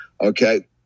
okay